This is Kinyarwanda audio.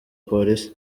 polisi